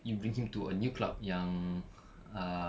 you bring him to a new club yang uh